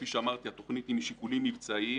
כפי שאמרתי התוכנית היא משיקולים מבצעיים,